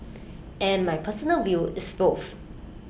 and my personal view is both